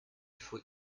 faut